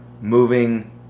moving